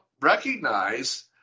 recognize